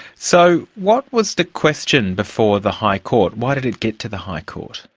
so what was the question before the high court? why did it get to the high court?